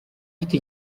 mfite